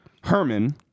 Herman